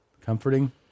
comforting